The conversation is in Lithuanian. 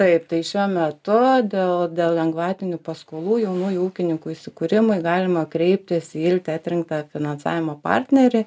taip tai šiuo metu dė dėl lengvatinių paskolų jaunųjų ūkininkų įsikūrimui galima kreiptis į ilte atrinktą finansavimo partnerį